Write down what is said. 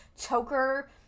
choker